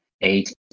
eight